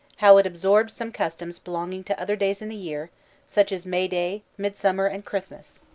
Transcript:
how it absorbed some customs belonging to other days in the year such as may day, midsummer, and christmas.